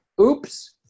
oops